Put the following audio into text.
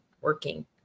working